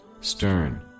stern